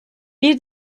bir